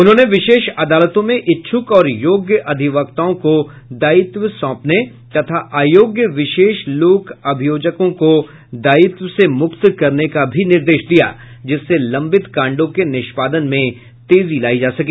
उन्होंने विशेष अदालतों में इच्छुक और योग्य अधिवक्ताओं को दायित्व सौंपने तथा अयोग्य विशेष लोक अभियोजकों को दायित्व से मुक्त करने का भी निर्देश दिया जिससे लंबित कांडों के निष्पादन में तेजी लायी जा सके